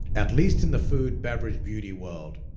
at least in the food, beverage, beauty world,